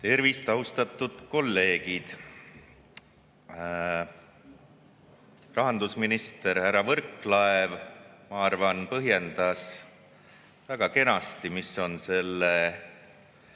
Tervist, austatud kolleegid! Rahandusminister härra Võrklaev, ma arvan, selgitas väga kenasti, mis on selle